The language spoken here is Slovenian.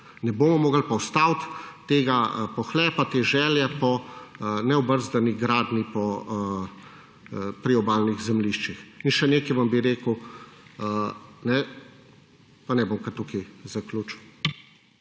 ne bomo mogli pa ustaviti tega pohlepa, te želje po neobrzdani gradnji po priobalnih zemljiščih. In še nekaj bi vam rekel, pa ne, bom kar tukaj zaključil.